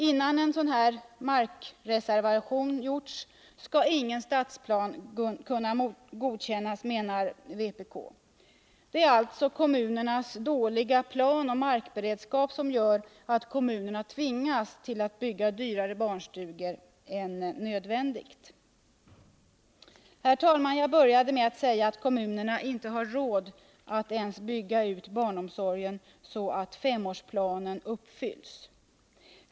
Innan en sådan markreservation gjorts skall ingen stadsplan kunna godkännas, menar vpk. Det är alltså kommunernas dåliga planläggning och markberedskap som gör att kommunerna tvingas att bygga dyrare barnstugor än som skulle ha varit nödvändigt. Herr talman! Jag började med att säga att kommunerna inte har råd att ens bygga ut barnomsorgen så att femårsplanen uppfylls.